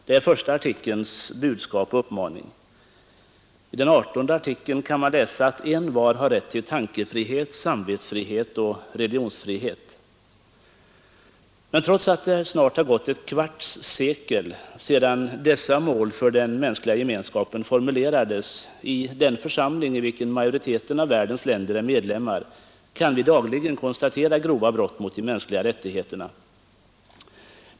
Så lyder första artikelns budskap och uppmaning. I artikel 18 heter det: Envar har rätt till tankefrihet, samvetsfrid och religionsfrihet. Men trots att det snart har gått ett kvarts sekel sedan dessa mål för den mänskliga gemenskapen formulerades i den församling i vilken majoriteten av världens länder är medlemmar, kan vi dagligen konstatera grova brott mot de mänskliga rättigheterna.